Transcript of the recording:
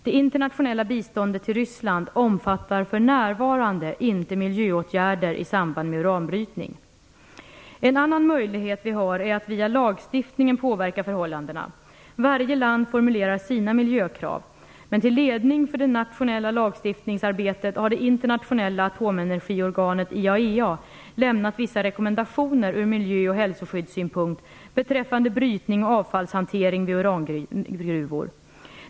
Det internationella biståndet till Ryssland omfattar för närvarande inte miljöåtgärder i samband med uranbrytning. En annan möjlighet är att via lagstiftningen påverka förhållandena. Varje land formulerar sina miljökrav. Till ledning för det nationella lagstiftningsarbetet har det internationella atomenergiorganet IAEA lämnat vissa rekommendationer ur miljö och hälsoskyddssynpunkt beträffande brytning och avfallshantering vid urangruvor.